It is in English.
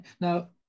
Now